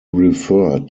referred